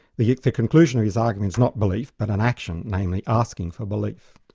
the the conclusion of his argument is not belief, but an action, namely asking for belief.